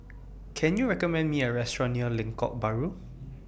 Can YOU recommend Me A Restaurant near Lengkok Bahru